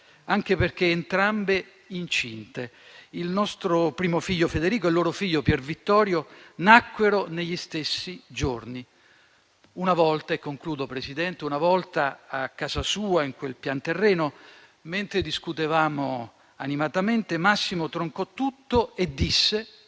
anche perché entrambe incinte. Il nostro primo figlio, Federico, e il loro figlio, Pier Vittorio, nacquero negli stessi giorni. Una volta, a casa sua in quel pianterreno, mentre discutevamo animatamente, Massimo troncò tutto e disse